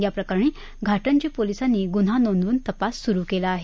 याप्रकरणी घाटंजी पोलिसांनी गुन्हा नोंदवून तपास सुरू केला आहे